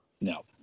No